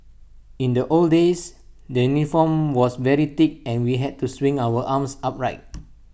in the old days the uniform was very thick and we had to swing our arms upright